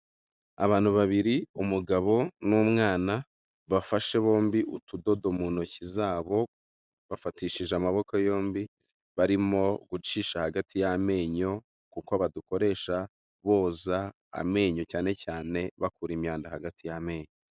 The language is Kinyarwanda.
Abantu babiri umugabo n'umwana bafashe bombi utudodo mu ntoki zabo, bafatishije amaboko yombi barimo gucisha hagati y'amenyo kuko badakoresha boza amenyo cyane cyane bakura imyanda hagati y'amenyo.